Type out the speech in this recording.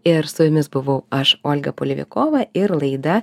ir su jumis buvau aš olga polevikova ir laida